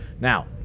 Now